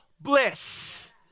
bliss